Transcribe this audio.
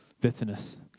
bitterness